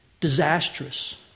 disastrous